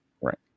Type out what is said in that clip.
right